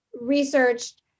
researched